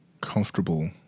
comfortable